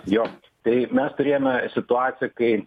jo tai mes turėjome situaciją kai